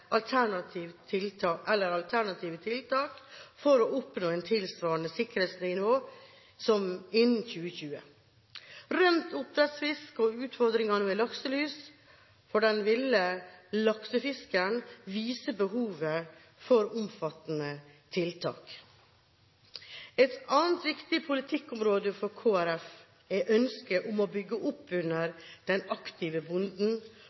eller alternative tiltak for å oppnå et tilsvarende sikkerhetsnivå innen 2020. Rømt oppdrettsfisk og utfordringene med lakselus for de ville laksefiskene viser behovet for omfattende tiltak. Et annet viktig politikkområde for Kristelig Folkeparti er ønsket om å bygge opp under den aktive bonden